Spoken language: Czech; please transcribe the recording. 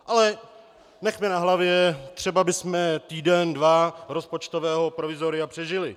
Ale nechme na hlavě, třeba bychom týden dva rozpočtového provizoria přežili.